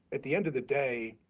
at the end of the day,